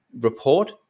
report